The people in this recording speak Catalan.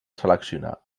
seleccionar